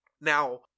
now